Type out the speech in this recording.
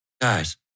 guys